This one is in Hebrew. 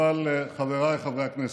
אבל, חבריי חברי הכנסת,